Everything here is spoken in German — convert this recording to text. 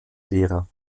lehrer